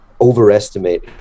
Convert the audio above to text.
overestimate